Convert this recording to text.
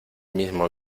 mismo